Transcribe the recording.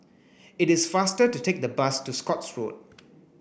it is faster to take the bus to Scotts Road